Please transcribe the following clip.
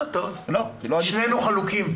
שנינו חלוקים.